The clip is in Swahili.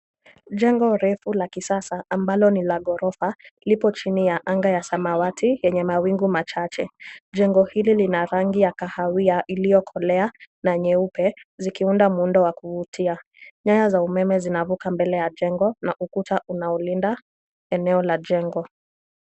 Jengo refu la kisasa ambalo ni la ghorofa , lipo chini ya anga ya samawati yenye mawingu machache. Jengo hili lina rangi ya kahawia iliyokolea, na nyeupe zikiunda muundo wa kuvutia. Nyaya za umeme zinavuka mbele ya jengo, na ukuta unaolinda eneo la jengo.